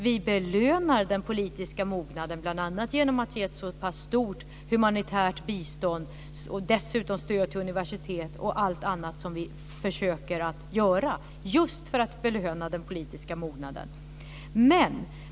Vi belönar den politiska mognaden genom att ge ett så pass stort humanitärt bistånd som vi gör, genom att stödja universitet och allt annat som vi försöker göra just för att belöna den politiska mognaden.